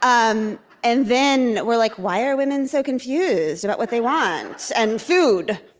um and then we're like, why are women so confused about what they want and food?